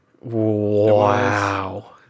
Wow